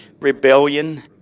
rebellion